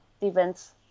events